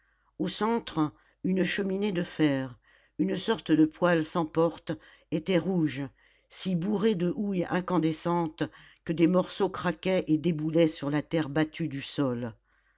au centre une cheminée de fer une sorte de poêle sans porte était rouge si bourrée de houille incandescente que des morceaux craquaient et déboulaient sur la terre battue du sol